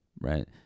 right